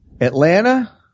Atlanta